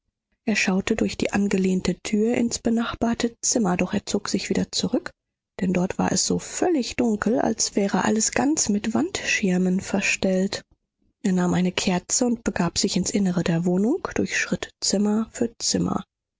er schaute durch die angelehnte tür ins benachbarte zimmer doch er zog sich wieder zurück denn dort war es so völlig dunkel als wäre alles ganz mit wandschirmen verstellt er nahm eine kerze und begab sich ins innere der wohnung durchschritt zimmer für zimmer